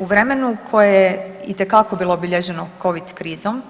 U vremenu koje je itekako bilo obilježeno covid krizom